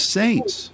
saints